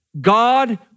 God